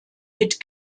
mit